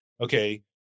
okay